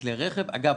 מכלי רכב אגב,